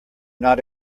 not